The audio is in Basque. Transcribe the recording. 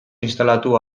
instalatu